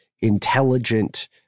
intelligent